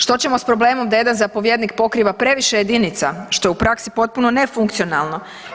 Što ćemo sa problemom da jedan zapovjednik pokriva previše jedinica što je u praksi potpuno nefunkcionalno?